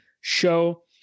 show